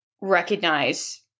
recognize